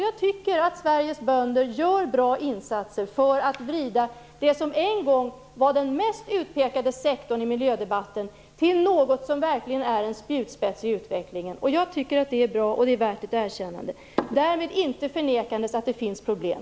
Jag tycker att Sveriges bönder gör bra insatser för att utveckla det som en gång var den mest utpekade sektorn i miljödebatten till något som verkligen är en spjutspets i utvecklingen. Jag tycker att det är bra. Det är värt ett erkännande. Därmed förnekar jag inte att det finns problem.